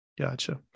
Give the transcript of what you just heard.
Gotcha